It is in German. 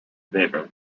weber